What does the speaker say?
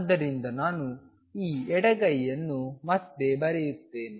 ಆದ್ದರಿಂದ ನಾನು ಈ ಎಡಗೈಯನ್ನು ಮತ್ತೆ ಬರೆಯುತ್ತೇನೆ